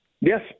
Yes